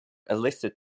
illicit